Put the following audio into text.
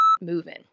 moving